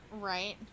Right